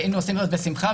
היינו עושים זאת בשמחה,